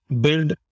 build